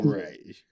right